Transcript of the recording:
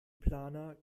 planer